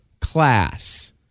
class